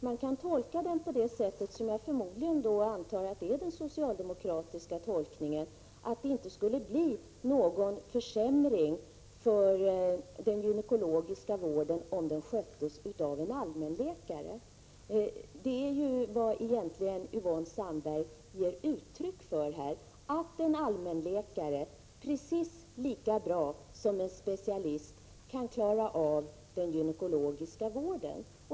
Den kan tolkas så som förmodligen är den socialdemokratiska tolkningen, att det inte skulle bli någon försämring av den gynekologiska vården om den sköttes av allmänläkare. Det är egentligen vad Yvonne Sandberg-Fries ger uttryck för, att en allmänläkare precis lika bra som en specialist kan klara av den gynekologiska vården.